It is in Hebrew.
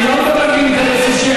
אני לא מדבר מאינטרס אישי,